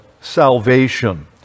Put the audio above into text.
salvation